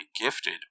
gifted